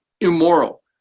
immoral